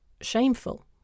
shameful